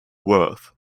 worth